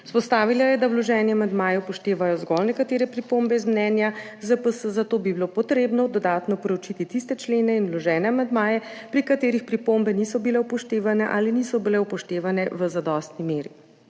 Izpostavila je, da vloženi amandmaji upoštevajo zgolj nekatere pripombe iz mnenja ZPS, zato bi bilo treba dodatno proučiti tiste člene in vložene amandmaje, pri katerih pripombe niso bile upoštevane ali niso bile upoštevane v zadostni meri.